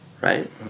Right